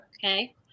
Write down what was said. Okay